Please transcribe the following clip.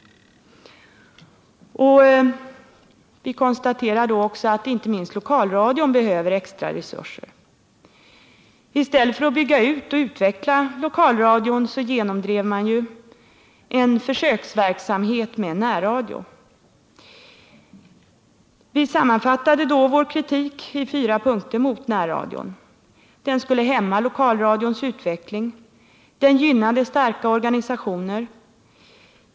Vi konstaterar att inte minst lokalradion behöver extra resurser. I stället för att utveckla och bygga ut lokalradion genomdrev den borgerliga majoriteten en försöksverksamhet med närradio. Vår kritik mot närradion sammanfattade vi då i fyra punkter: 1. Den hämmar lokalradions utveckling. 2. Den gynnar starka organisationer. 3.